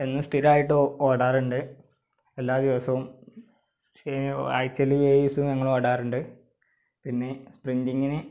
എന്നും സ്ഥിരമായിട്ട് ഓടാറുണ്ട് എല്ലാ ദിവസവും ആഴ്ച്ചയിൽ ഏഴ് ദിവസവും ഞങ്ങളോടാറുണ്ട് പിന്നെ സ്പ്രിൻടിങ്ങിന്